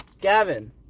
Gavin